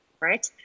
Right